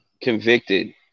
convicted